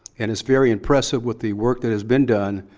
and it's very impressive with the work that has been done,